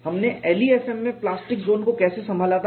हमने LEFM में plastic zone को कैसे संभाला था